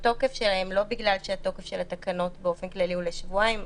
לא בגלל שהתוקף של התקנות באופן כללי הוא לשבועיים.